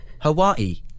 Hawaii